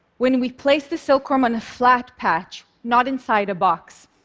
when we placed the silkworm on a flat patch, not inside a box,